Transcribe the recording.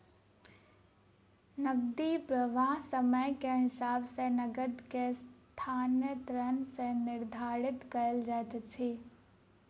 नकदी प्रवाह समय के हिसाब सॅ नकद के स्थानांतरण सॅ निर्धारित कयल जाइत अछि